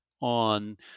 on